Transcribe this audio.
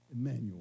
Emmanuel